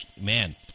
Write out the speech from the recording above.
man